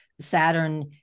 Saturn